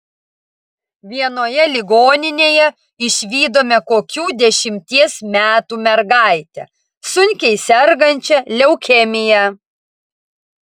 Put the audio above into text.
vienoje ligoninėje išvydome kokių dešimties metų mergaitę sunkiai sergančią leukemija